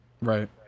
Right